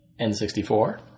N64